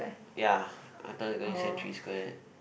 ya I thought you going Century Square